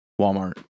Walmart